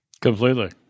completely